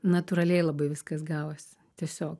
natūraliai labai viskas gavosi tiesiog